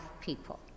people